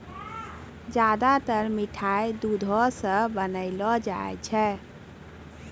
ज्यादातर मिठाय दुधो सॅ बनौलो जाय छै